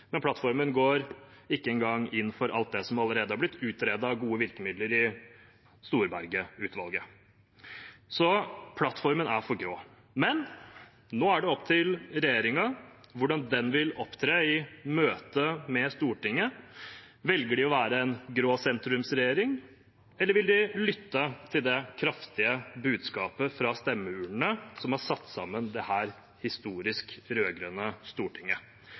men plattformen går ikke engang inn for alt det som allerede er blitt utredet av gode virkemidler i Storberget-utvalget. Plattformen er for grå. Nå er det opp til regjeringen hvordan den vil opptre i møte med Stortinget. Velger den å være en grå sentrumsregjering, eller vil den lytte til det kraftige budskapet fra stemmeurnene som har satt sammen dette historiske rød-grønne Stortinget?